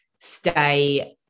stay